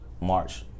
March